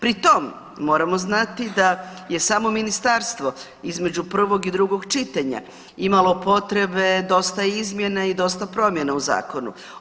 Pri tom, moramo znati da je samo Ministarstvo između prvog i drugog čitanja imalo potrebe dosta izmjena i dosta promjena u zakonu.